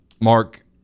Mark